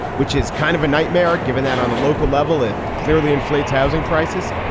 which is kind of a nightmare, given that on the local level it clearly inflates housing prices.